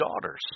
daughters